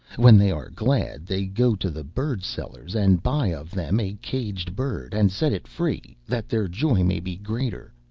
when they are glad they go to the bird-sellers and buy of them a caged bird, and set it free that their joy may be greater,